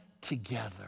together